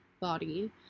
body